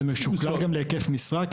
זה משוקלל גם להיקף משרה?